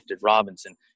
Robinson